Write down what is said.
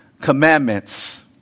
commandments